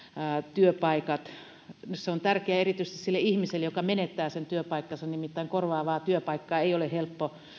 työpaikat niiden säilyminen on tärkeää erityisesti sille ihmiselle joka menettää sen työpaikkansa nimittäin korvaavaa työpaikkaa ei ole helppo